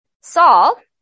Saul